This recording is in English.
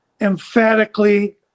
emphatically